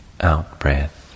out-breath